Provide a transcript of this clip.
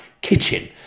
kitchen